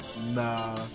Nah